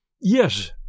Yes